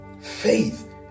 faith